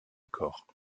corps